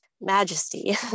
majesty